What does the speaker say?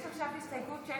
יש עכשיו הסתייגות 6,